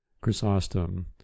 Chrysostom